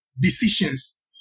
decisions